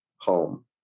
home